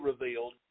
revealed